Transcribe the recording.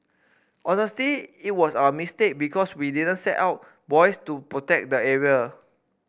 honestly it was our mistake because we didn't set out buoys to protect the area